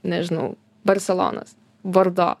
nežinau barselonos bordo